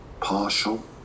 partial